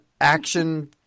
action